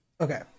Okay